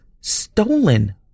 stolen